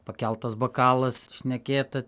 pakeltas bokalas šnekėta